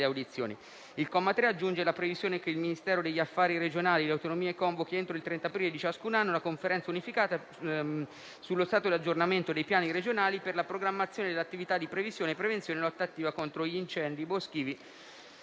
Il comma 3 aggiunge la previsione che il Ministero per gli affari regionali e le autonomie convochi entro il 30 aprile di ciascun anno la Conferenza unificata sullo stato di aggiornamento dei piani regionali per la programmazione delle attività di previsione, prevenzione e lotta attiva contro gli incendi boschivi